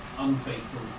Unfaithful